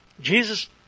Jesus